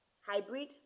hybrid